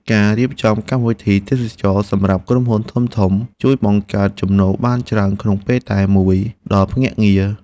ការរៀបចំកម្មវិធីទេសចរណ៍សម្រាប់ក្រុមហ៊ុនធំៗ ជួយបង្កើតចំណូលបានច្រើនក្នុងពេលតែមួយដល់ភ្នាក់ងារ។